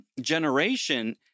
generation